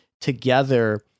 together